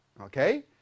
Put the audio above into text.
Okay